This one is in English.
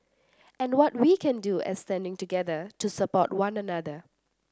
and what can we do as standing together to support one another